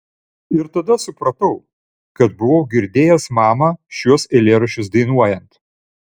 ir tada supratau kad buvau girdėjęs mamą šiuos eilėraščius dainuojant